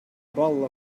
bottle